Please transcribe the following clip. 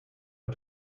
out